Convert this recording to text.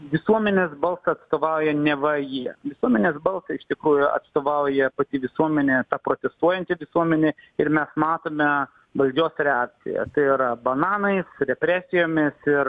visuomenės balsą atstovauja neva jie visuomenės balsą iš tikrųjų atstovauja pati visuomenė ta protestuojanti visuomenė ir mes matome valdžios reakciją tai yra bananais represijomis ir